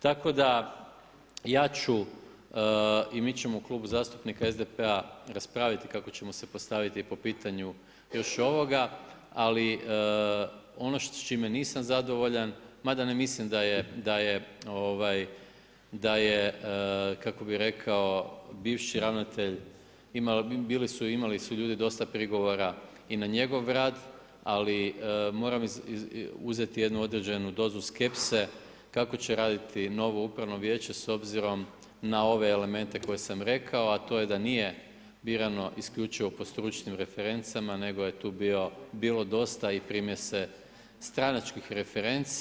Tako da ja ću i mi ćemo u Klubu zastupnika SDP-a raspraviti kako ćemo se postaviti po pitanju još ovoga, ali ono s čime nisam zadovoljan, mada ne mislim da je bivši ravnatelj, imali su ljudi dosta prigovora i na njegov rad, ali moram uzeti jednu određenu dozu skepse kako će raditi novo upravno vijeće s obzirom na ove elemente koje sam rekao, a to je da nije birano isključivo po stručnim refrencama nego je tu bilo dosta i primjese stranačkih refrenci.